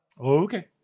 okay